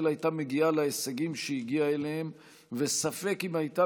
הייתה מגיע להישגים שהיא הגיעה אליהם וספק אם הייתה